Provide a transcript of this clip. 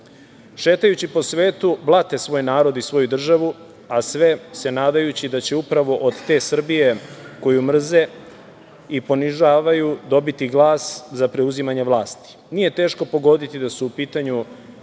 Šetajući po svetu, blate svoj narod i svoju državu, a sve se nadajući da će upravo od te Srbije koju mrze i ponižavaju dobiti glas za preuzimanje vlasti. Nije teško pogoditi da su u pitanju